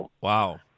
Wow